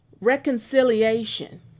Reconciliation